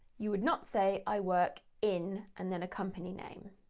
you would not say i work in, and then a company name.